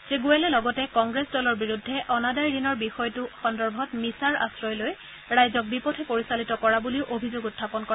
শ্ৰী গোৱেলে লগতে কংগ্ৰেছ দলৰ বিৰুদ্ধে অনাদায় ঋণৰ বিষয়টো সন্দৰ্ভত মিছাৰ আশ্ৰয় লৈ ৰাইজক বিপথে পৰিচালিত কৰা বুলিও অভিযোগ উখাপন কৰে